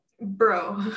bro